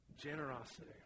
generosity